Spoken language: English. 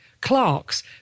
Clark's